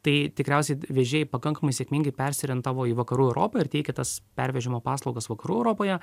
tai tikriausiai vežėjai pakankamai sėkmingai persiorientavo į vakarų europą ir teikia tas pervežimo paslaugas vakarų europoje